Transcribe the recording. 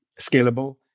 scalable